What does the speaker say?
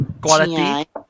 quality